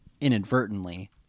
inadvertently